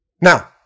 Now